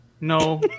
No